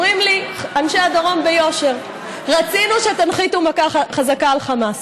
אומרים לי אנשי הדרום ביושר: רצינו שתנחיתו מכה חזקה על חמאס.